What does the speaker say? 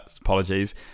apologies